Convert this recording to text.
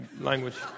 language